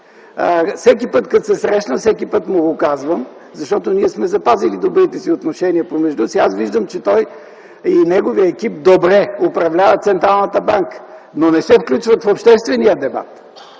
Всеки път, като се срещнем, му го казвам, защото ние сме запазили добрите отношения помежду си. Аз виждам, че той и неговият екип добре управляват Централната банка, но не се включват в обществения дебат.